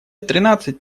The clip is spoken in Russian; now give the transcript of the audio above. тринадцать